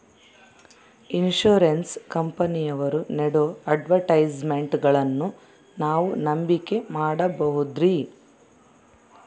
Insurance ಕಂಪನಿಯವರು ನೇಡೋ ಅಡ್ವರ್ಟೈಸ್ಮೆಂಟ್ಗಳನ್ನು ನಾವು ನಂಬಿಕೆ ಮಾಡಬಹುದ್ರಿ?